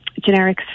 generics